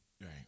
Right